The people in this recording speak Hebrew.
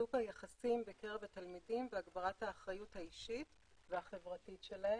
וחיזוק היחסים בקרב התלמידים והגברת האחריות האישית והחברתית שלהם,